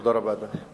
תודה רבה, אדוני.